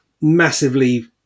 massively